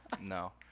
No